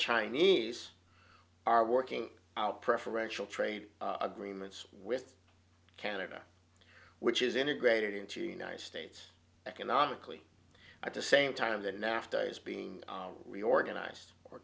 chinese are working out preferential trade agreements with canada which is integrated into united states economically i to same time that nafta is being reorganized or